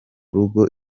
rugo